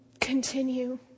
continue